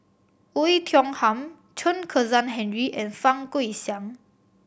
Oei Tiong Ham Chen Kezhan Henri and Fang Guixiang